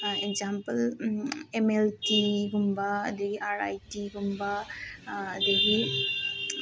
example M L ꯇꯤꯒꯨꯝꯕ ꯑꯗꯨꯗꯒꯤ R I ꯇꯤꯒꯨꯝꯕ ꯑꯗꯒꯤ